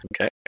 Okay